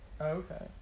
Okay